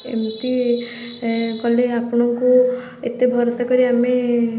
ଏମିତି ଏଁ କଲେ ଆପଣଙ୍କୁ ଏତେ ଭରଷା କରି ଆମେ